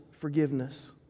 forgiveness